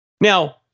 Now